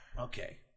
Okay